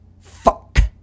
Fuck